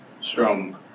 strong